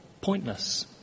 pointless